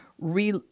re-